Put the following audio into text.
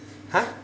!huh!